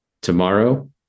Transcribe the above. tomorrow